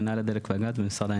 מינהל הדלק והגז במשרד האנרגיה.